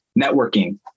networking